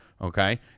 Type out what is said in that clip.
Okay